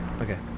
Okay